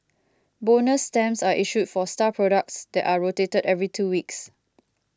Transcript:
bonus stamps are issued for star products that are rotated every two weeks